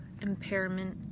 impairment